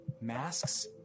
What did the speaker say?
masks